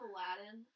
Aladdin